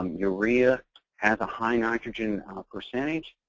urea has a high nitrogen percentage.